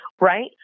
right